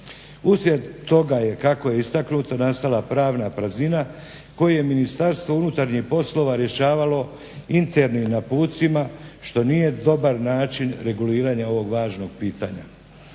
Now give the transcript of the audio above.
Uslijed toga je kako je istaknuto nastala pravna praznina koju je MUP rješavalo internim naputcima što nije dobar način reguliranja ovog važnog pitanja.